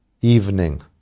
evening